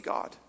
God